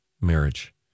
marriage